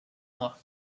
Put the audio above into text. mois